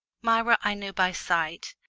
myra i knew by sight,